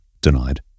denied